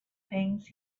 things